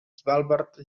svalbard